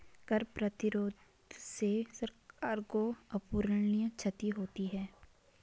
कर प्रतिरोध से सरकार को अपूरणीय क्षति होती है